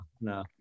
no